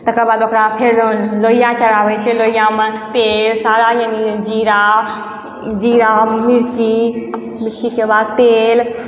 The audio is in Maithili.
तकर बाद ओकरा फेर लोहिआ चढ़ाबैत छियै लोहियामे तेल सारा जीरा जीरा मिर्ची मिर्चीके बाद तेल